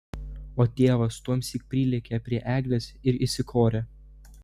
o tėvas tuomsyk prilėkė prie eglės ir įsikorė